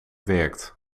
werkt